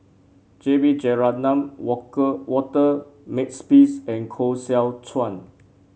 J B Jeyaretnam Walker Walter Makepeace and Koh Seow Chuan